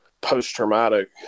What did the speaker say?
post-traumatic